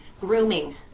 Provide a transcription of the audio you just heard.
Grooming